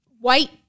white